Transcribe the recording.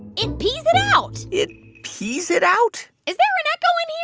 it pees it out it pees it out? is there an echo in here?